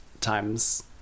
times